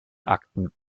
akten